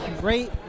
Great